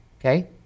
Okay